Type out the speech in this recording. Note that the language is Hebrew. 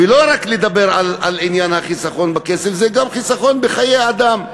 וצריך לא רק לדבר על החיסכון בכסף אלא גם על החיסכון בחיי אדם.